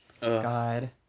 God